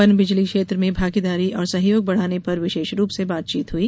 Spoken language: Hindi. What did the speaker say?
पनबिजली क्षेत्र में भागीदारी और सहयोग बढ़ाने पर विशेष रूप से बातचीत हुई